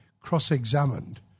cross-examined